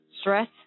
stress